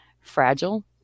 fragile